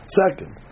second